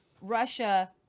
Russia